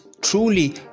truly